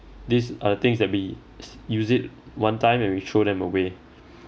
these are the things that we s~ use it one time and we throw them away